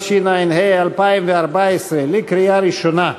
התשע"ה 2014, בקריאה ראשונה.